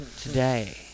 Today